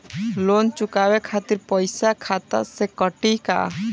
Loan चुकावे खातिर पईसा खाता से कटी का?